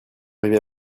arrivé